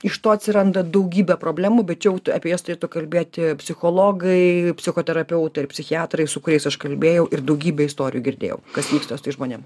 iš to atsiranda daugybė problemų bet jau apie jas turėtų kalbėti psichologai psichoterapeutai ir psichiatrai su kuriais aš kalbėjau ir daugybė istorijų girdėjau kas vyksta su tais žmonėm